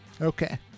Okay